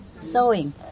Sewing